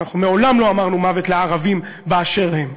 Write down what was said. אנחנו מעולם לא אמרנו מוות לערבים באשר הם.